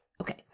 Okay